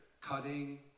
cutting